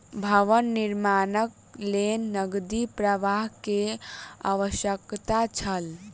भवन निर्माणक लेल नकदी प्रवाह के आवश्यकता छल